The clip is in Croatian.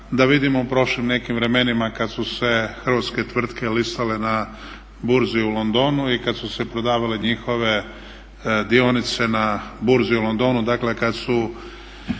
da vidimo u prošlim nekim vremenima kad su se hrvatske tvrtke listale na Burzi u Londonu i kad su se prodavale njihove dionice na Burzi u Londonu,